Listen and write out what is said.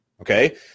Okay